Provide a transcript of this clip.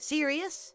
Serious